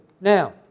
Now